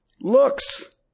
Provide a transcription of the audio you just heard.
looks